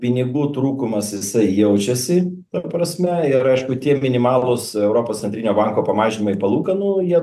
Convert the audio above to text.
pinigų trūkumas jisai jaučiasi ta prasme ir aišku tie minimalūs europos centrinio banko pamažinimai palūkanų jie